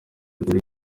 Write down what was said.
dore